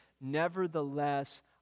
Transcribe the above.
nevertheless